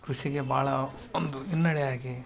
ಕೃಷಿಗೆ ಭಾಳ ಒಂದು ಹಿನ್ನಡೆಯಾಗಿ